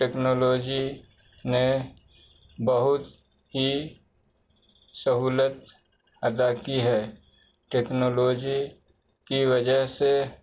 technology نے بہت ہی سہولت ادا کی ہے ٹیکنالوجی کی وجہ سے